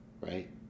right